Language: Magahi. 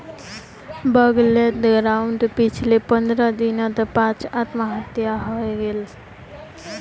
बगलेर गांउत पिछले पंद्रह दिनत पांच आत्महत्या हइ गेले